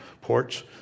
ports